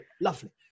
lovely